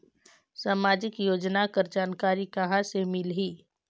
समाजिक योजना कर जानकारी कहाँ से मिलही?